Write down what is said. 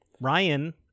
Ryan